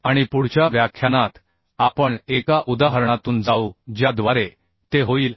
आणि पुढच्या व्याख्यानात आपण एका उदाहरणातून जाऊ ज्याद्वारे ते होईल